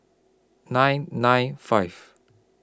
nine nine five